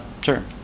sure